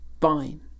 Fine